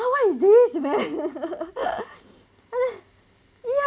what is this man I say ya